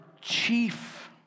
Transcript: chief